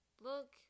look